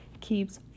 keeps